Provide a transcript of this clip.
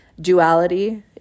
duality